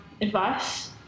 advice